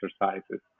exercises